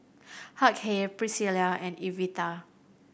Hughey Pricilla and Evita